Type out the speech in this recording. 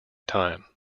time